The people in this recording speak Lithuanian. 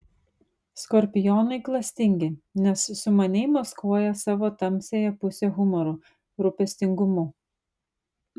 skorpionai klastingi nes sumaniai maskuoja savo tamsiąją pusę humoru rūpestingumu